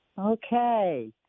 Okay